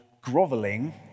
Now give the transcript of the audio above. groveling